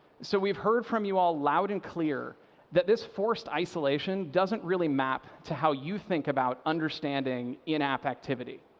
so we've heard from you all loud and clear that this forced isolation doesn't really map to how you think about understanding in-app activity.